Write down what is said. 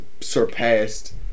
Surpassed